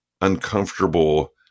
uncomfortable